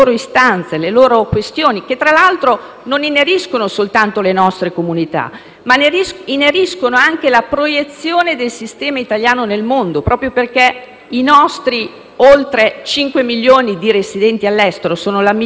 ma ineriscono alla proiezione del sistema italiano nel mondo, proprio perché i nostri oltre 5 milioni di residenti all'estero sono la migliore espressione della proiezione del nostro Paese a livello internazionale.